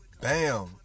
Bam